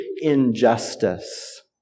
injustice